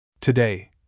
Today